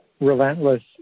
relentless